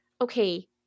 okay